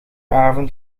avond